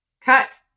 Cut